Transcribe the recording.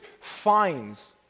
fines